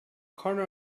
corner